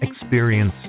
experience